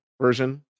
version